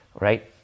right